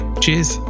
cheers